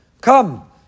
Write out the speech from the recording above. Come